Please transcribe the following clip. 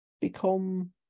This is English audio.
become